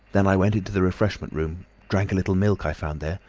then i went into the refreshment-room, drank a little milk i found there,